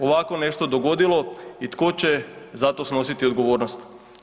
ovako nešto dogodilo i tko će za to snositi odgovornost.